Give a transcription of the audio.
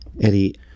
Eddie